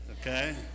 okay